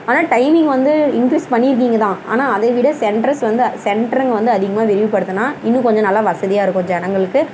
ஆனால் டைமிங் வந்து இன்க்ரீஸ் பண்ணியிருக்கிங்க தான் ஆனால் அதை விட சென்ட்ரஸ் வந்த சென்ட்டருங்க வந்து அதிகமாக விரிவுப்படுத்தினா இன்னும் கொஞ்சம் நல்லா வசதியாயிருக்கும் ஜனங்களுக்கு